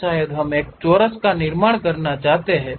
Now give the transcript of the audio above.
अब शायद हम एक चोरस का निर्माण करना चाहते हैं